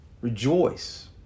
Rejoice